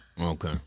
Okay